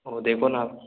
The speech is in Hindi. वो देखो ना आप